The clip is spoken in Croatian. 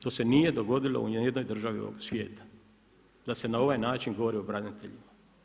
To se nije dogodilo niti u jednoj državi ovoga svijeta da se na ovaj način govori o braniteljima.